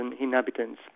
inhabitants